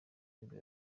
nibwo